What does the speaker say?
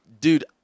dude